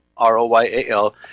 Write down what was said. R-O-Y-A-L